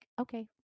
okay